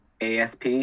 ASP